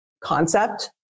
concept